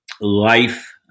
life